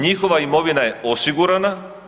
Njihova imovina je osigurana.